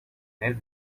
nedir